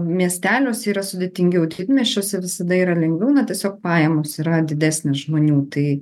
miesteliuose yra sudėtingiau didmiesčiuose visada yra lengviau na tiesiog pajamos yra didesnės žmonių tai